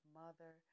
mother